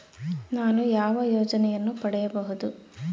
ನಾನು ಯಾವ ಯೋಜನೆಯನ್ನು ಪಡೆಯಬಹುದು?